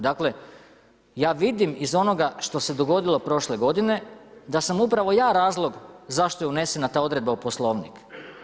Dakle, ja vidim iz onoga što se dogodilo prošle godine, da sam upravo ja razlog zašto je unesena ta odredba u Poslovnik.